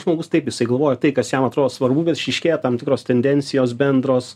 žmogus taip jisai galvoja tai kas jam atrodo svarbu bet išryškėja tam tikros tendencijos bendros